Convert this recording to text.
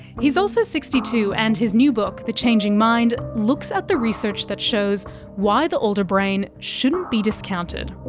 he's also sixty two, and his new book, the changing mind, looks at the research that shows why the older brain shouldn't be discounted.